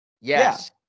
Yes